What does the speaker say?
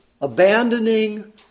Abandoning